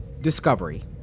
discovery